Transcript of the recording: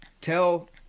tell